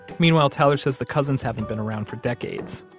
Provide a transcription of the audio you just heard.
meanwhile, tyler says, the cousins haven't been around for decades.